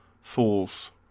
Fools